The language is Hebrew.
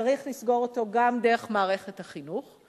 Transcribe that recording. צריך לסגור אותו גם דרך מערכת החינוך,